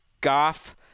Goff